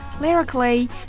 Lyrically